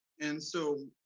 and so,